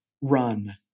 run